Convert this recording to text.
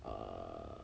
er